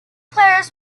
players